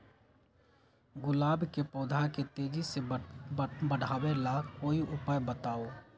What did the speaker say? गुलाब के पौधा के तेजी से बढ़ावे ला कोई उपाये बताउ?